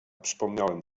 przypomniałem